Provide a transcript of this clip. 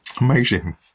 Amazing